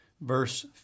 Verse